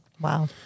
Wow